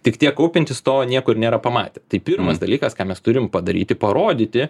tik tie kaupiantys to niekur nėra pamatę tai pirmas dalykas ką mes turim padaryti parodyti